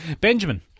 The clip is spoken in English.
Benjamin